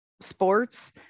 sports